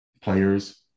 players